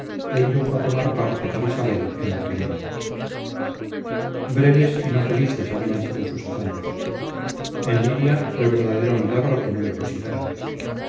le indujo a tomar parte por isabel en la querella breves y no felices habían sido sus hazañas en liria fue verdadero milagro que no le fusilaran